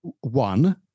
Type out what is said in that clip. One